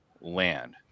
land